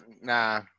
nah